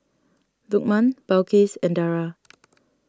Lukman Balqis and Dara